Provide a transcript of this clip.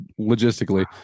logistically